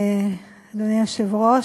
אדוני היושב-ראש,